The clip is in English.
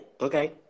Okay